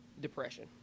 depression